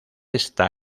está